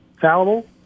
fallible